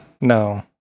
No